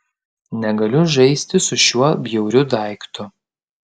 negaliu žaisti su šiuo bjauriu daiktu